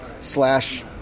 slash